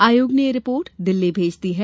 आयोग ने यह रिपोर्ट दिल्ली भेज दी है